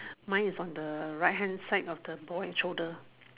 mine is on the right hand side of the boy shoulder